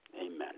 amen